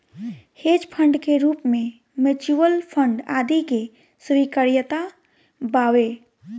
hedge fund के रूप में म्यूच्यूअल फंड आदि के स्वीकार्यता बावे